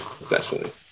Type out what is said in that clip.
essentially